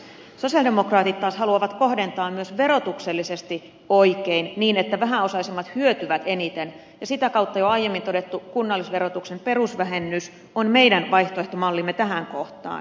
sosialidemokraatit taas haluavat kohdentaa myös verotuksellisesti oikein niin että vähäosaisimmat hyötyvät eniten ja sitä kautta jo aiemmin todettu kunnallisverotuksen perusvähennys on meidän vaihtoehtomallimme tähän kohtaan